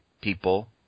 People